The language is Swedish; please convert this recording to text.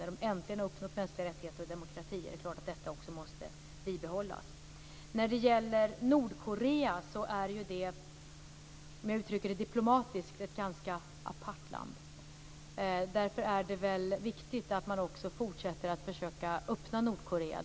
När de äntligen har uppnått mänskliga rättigheter och demokrati är det klart att detta också måste bibehållas. Nordkorea är ett ganska apart land, om jag uttrycker det diplomatiskt. Därför är det viktigt att man också fortsätter att försöka öppna Nordkorea.